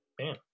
Man